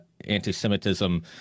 anti-semitism